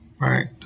Right